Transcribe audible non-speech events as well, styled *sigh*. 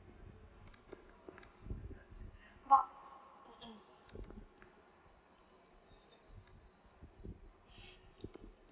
not *coughs* *breath*